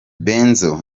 benzo